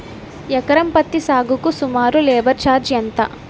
ఎకరం పత్తి సాగుకు సుమారు లేబర్ ఛార్జ్ ఎంత?